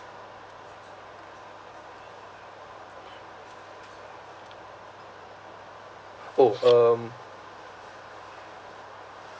orh um